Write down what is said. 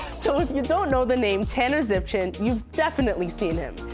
so, if you don't know the name tanner zipchen you've definitely seen him.